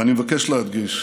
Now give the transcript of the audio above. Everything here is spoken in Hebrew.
אבל אני מבקש להדגיש,